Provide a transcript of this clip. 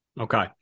Okay